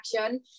action